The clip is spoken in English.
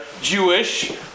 Jewish